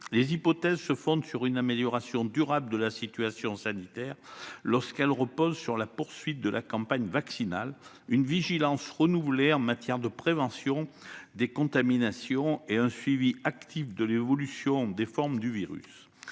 Ces hypothèses se fondent sur une amélioration durable de la situation sanitaire, appuyée sur la poursuite de la campagne vaccinale, une vigilance renouvelée en matière de prévention des contaminations et un suivi actif de l'évolution des formes du virus.